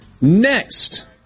next